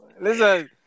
Listen